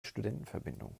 studentenverbindung